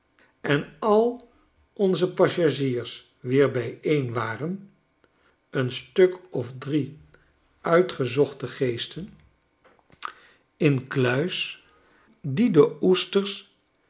en al onze passagiers weer bijeen waren een stuk of drie uitgezochte geesten de heenreis incluis die de oesters